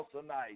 tonight